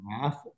math